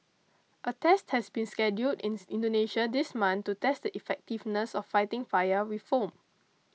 a test has been scheduled in Indonesia this month to test the effectiveness of fighting fire with foam